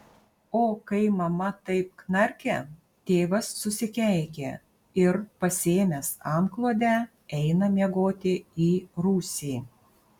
o kai mama taip knarkia tėvas susikeikia ir pasiėmęs antklodę eina miegoti į rūsį